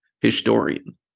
historian